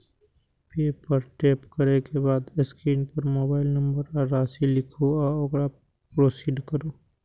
पे पर टैप करै के बाद स्क्रीन पर मोबाइल नंबर आ राशि लिखू आ ओकरा प्रोसीड करू